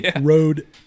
road